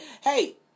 Hey